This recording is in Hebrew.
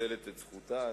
ומנצלת את זכותה,